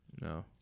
No